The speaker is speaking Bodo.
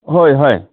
हय हय